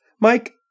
Mike